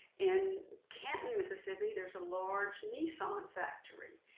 in canton, mississippi, there's a large nissan factory,